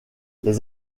les